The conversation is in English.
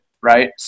right